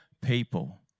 people